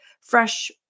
fresh